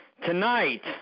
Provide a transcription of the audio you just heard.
Tonight